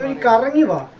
and comment you know on